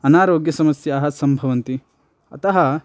अनारोग्यसमस्याः सम्भवन्ति अतः